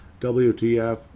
WTF